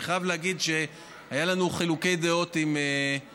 אני חייב להגיד שהיו לנו חילוקי דעות עם מרכז